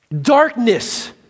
Darkness